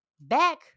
back